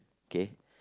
K